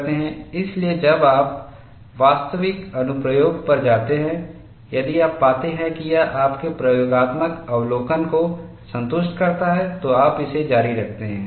इसलिए जब आप वास्तविक अनुप्रयोग पर जाते हैं यदि आप पाते हैं कि यह आपके प्रयोगात्मक अवलोकन को संतुष्ट करता है तो आप इसे जारी रखते हैं